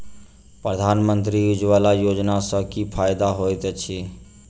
प्रधानमंत्री उज्जवला योजना सँ की फायदा होइत अछि?